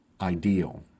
ideal